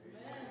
Amen